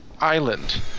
island